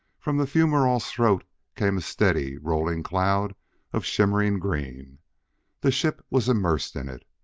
from the fumerole's throat came a steady, rolling cloud of shimmering green the ship was immersed in it.